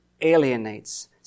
alienates